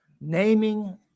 naming